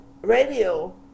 radio